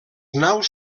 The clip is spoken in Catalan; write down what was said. naus